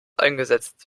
eingesetzt